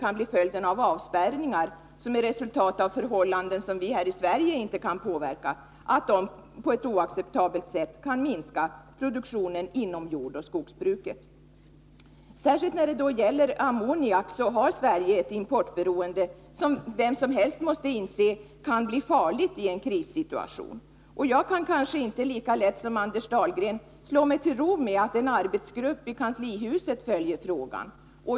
som en följd av en avspärrning, dvs. resultatet av förhållanden som Sverige inte kan påverka — kan minska produktionen inom jordoch skogsbruket. Nr 118 Särskilt när det gäller ammoniak har Sverige ett importberoende som vem som helst måste inse kan bli farligt i en krissituation. Jag kanske inte lika lätt som Anders Dahlgren kan slå mig till ro med att en arbetsgrupp i kanslihuset följer frågan.